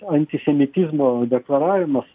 antisemitizmo deklaravimas